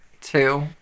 two